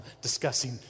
discussing